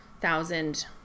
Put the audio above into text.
thousand